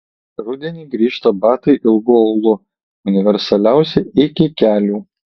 rudenį grįžta batai ilgu aulu universaliausi iki kelių